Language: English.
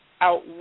out